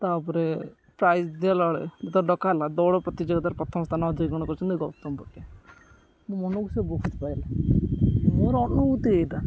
ତାପରେ ପ୍ରାଇଜ ଦିଆଗଲା ବେଳେ ଯେତେବେଳେ ଡକା ହେଲା ଦୌଡ଼ ପ୍ରତିଯୋଗିତାରେ ପ୍ରଥମ ସ୍ଥାନ ଅଧିକାର କରିଛନ୍ତି ଗୌତମ ବୋଲି ମୋ ମନକୁ ସେ ବହୁତ ପାଇଲା ମୋର ଅନୁଭୂତି ଏଇଟା